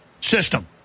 system